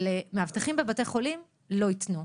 ולמאבטחים בבתי חולים לא ייתנו.